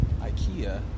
Ikea